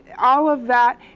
all of that,